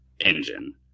engine